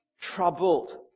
troubled